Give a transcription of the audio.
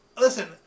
Listen